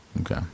Okay